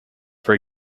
for